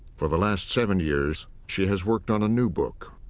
for the last seven years, she has worked on a new book,